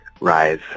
rise